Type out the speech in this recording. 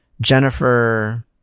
jennifer